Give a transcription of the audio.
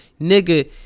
Nigga